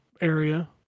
area